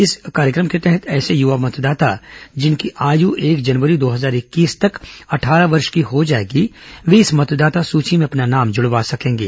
इस कार्यक्रम के तहत ऐसे युवा मतदाता जिनकी आयु एक जनवरी दो हजार इक्कीस तक अट्ठारह वर्ष की हो जाएगी वे इस मतदाता सूची में अपना नाम जुड़वा सकेंगे